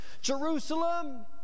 Jerusalem